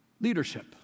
leadership